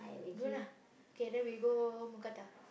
good ah okay then we go mookata